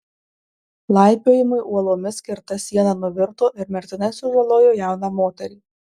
laipiojimui uolomis skirta siena nuvirto ir mirtinai sužalojo jauną moterį